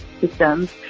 systems